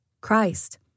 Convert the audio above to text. Christ